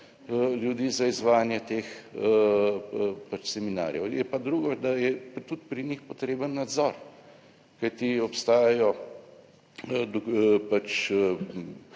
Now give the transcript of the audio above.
ljudi za izvajanje teh seminarjev. Je pa drugo, da je tudi pri njih potreben nadzor, kajti obstajajo